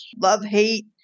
love-hate